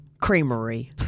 creamery